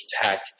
Tech